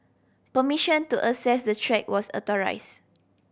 permission to access the track was authorised